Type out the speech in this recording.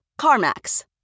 CarMax